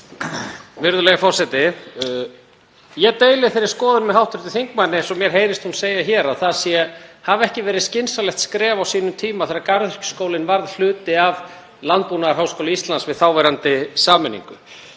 Virðulegi forseti. Ég deili þeirri skoðun með hv. þingmanni, eins og mér heyrist hún segja hér, að það hafi ekki verið skynsamlegt skref á sínum tíma þegar Garðyrkjuskólinn varð hluti af Landbúnaðarháskóla Íslands við þáverandi sameiningu.